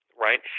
right